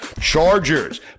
Chargers